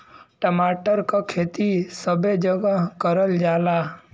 टमाटर क खेती सबे जगह करल जाला